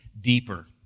deeper